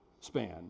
span